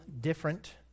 different